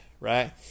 right